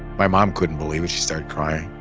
my mom couldn't believe it. she started crying.